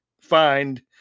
find